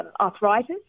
arthritis